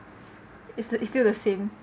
is still is still the same